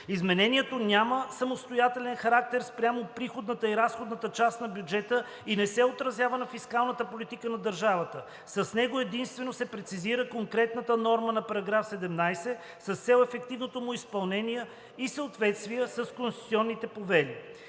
Изменението няма самостоятелен характер спрямо приходната и разходната част на бюджета и не се отразява на фискалната политика на държавата. С него единствено се прецизира конкретната норма на § 17 с цел ефективното му изпълнение и съответствие с конституционните повели.